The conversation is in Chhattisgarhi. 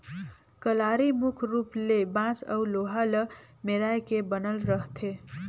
कलारी मुख रूप ले बांस अउ लोहा ल मेराए के बनल रहथे